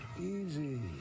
Easy